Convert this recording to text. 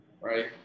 right